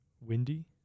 windy